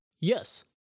Yes